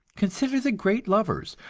consider the great lovers,